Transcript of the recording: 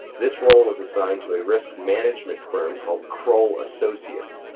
this role was assigned to a risk management firm called kroll associates.